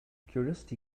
curiosity